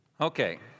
Okay